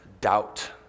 doubt